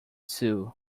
sue